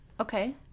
Okay